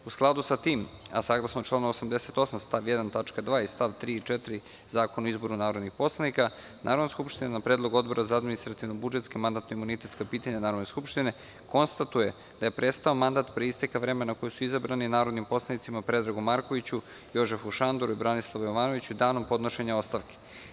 U skladu sa tim, a saglasno članu 88. stav 1. tačka 2) i stav 3. i 4. Zakona o izboru narodnih poslanika, Narodna skupština na predlog Odbora za administrativno-budžetska i mandatno-imunitetska pitanja Narodne skupštine, konstatuje da je prestao mandat, pre isteka vremena na koje su izabrani, narodnim poslanicima Predragu Markoviću, Jožefu Šandoru i Branislavu Jovanoviću, danom podnošenja ostavke.